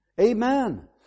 Amen